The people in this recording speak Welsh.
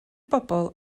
bobl